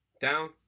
Down